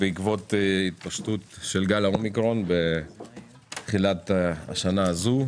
בעקבות התפשטות גל האומיקרון בתחילת השנה הזו.